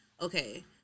okay